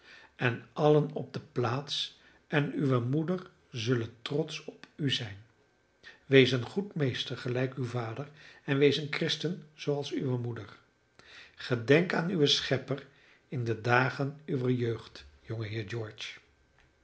en allen op de plaats en uwe moeder zullen trotsch op u zijn wees een goed meester gelijk uw vader en wees een christen zooals uwe moeder gedenk aan uwen schepper in de dagen uwer jeugd jongeheer george